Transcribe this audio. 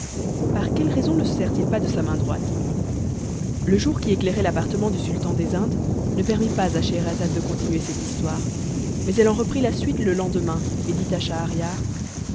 par quelle raison ne se sert-il pas de sa main droite le jour qui éclairait l'appartement du sultan des indes ne permit pas à scheherazade de continuer cette histoire mais elle en reprit la suite le lendemain